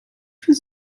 für